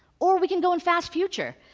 or we can go in fast future,